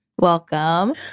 Welcome